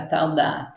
באתר דעת